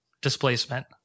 displacement